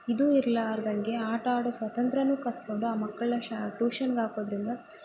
ಇದು ಇರಲಾರ್ದಂಗೆ ಆಟ ಆಡೋ ಸ್ವತಂತ್ರವೂ ಕಸ್ಕೊಂಡು ಆ ಮಕ್ಕಳನ್ನ ಶಾ ಟೂಷನ್ಗೆ ಹಾಕೋದ್ರಿಂದ